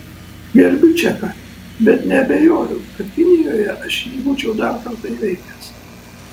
gerbiu čeką bet neabejoju kad kinijoje aš jį būčiau dar kartą įveikęs